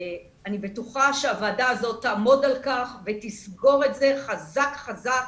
אני בטוחה שהוועדה הזאת תעמוד על כך ותסגור את זה חזק חזק